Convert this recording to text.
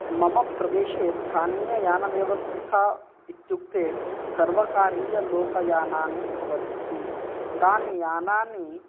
मम प्रदेशे स्थानीययानव्यवस्था इत्युक्ते सर्वकारीयलोकयानानि भवन्ति तानि यानानि